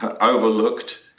overlooked